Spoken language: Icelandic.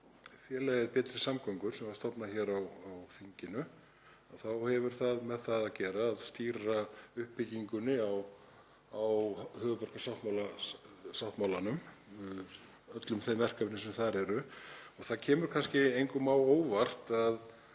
félagið Betri samgöngur sem var stofnað hér á þinginu þá hefur það með það að gera að stýra uppbyggingunni á höfuðborgarsáttmálanum, öllum þeim verkefnum sem þar eru og það kemur kannski engum á óvart að